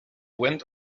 went